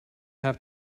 have